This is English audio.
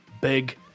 Big